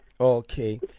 Okay